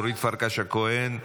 אורית פרקש הכהן,